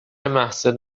محصول